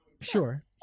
Sure